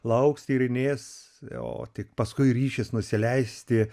lauks tyrinės o tik paskui ryšys nusileisti